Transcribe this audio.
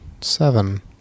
seven